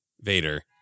Vader